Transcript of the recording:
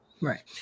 Right